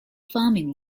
farming